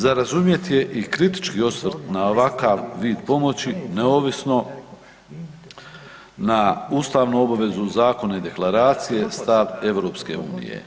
Za razumjet je i kritički osvrt na ovakav vid pomoći neovisno na ustavnu obavezu, zakone i deklaracije, stav EU.